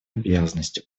обязанностью